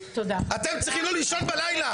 אתם צריכים לא לישון בלילה.